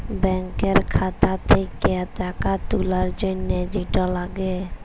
ব্যাংকের খাতা থ্যাকে টাকা তুলার জ্যনহে যেট লাগে